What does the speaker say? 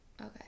Okay